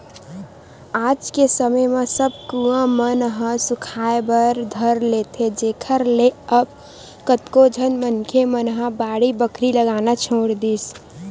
आज के समे म सब कुँआ मन ह सुखाय बर धर लेथे जेखर ले अब कतको झन मनखे मन ह बाड़ी बखरी लगाना छोड़ दिस